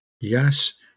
yes